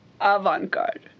avant-garde